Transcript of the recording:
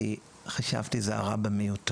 כי חשבתי שזה הרע במיעוטו.